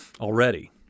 already